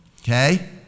okay